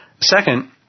Second